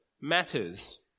matters